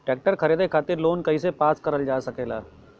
Tractor खरीदे खातीर loan कइसे पास करल जा सकेला?